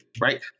right